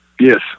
Yes